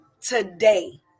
Today